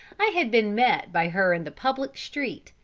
i had been met by her in the public street,